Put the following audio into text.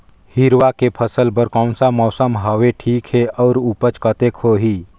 हिरवा के फसल बर कोन सा मौसम हवे ठीक हे अउर ऊपज कतेक होही?